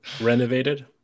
renovated